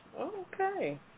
Okay